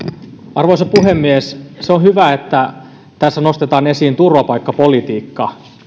arvoisa puhemies on hyvä että tässä nostetaan esiin turvapaikkapolitiikka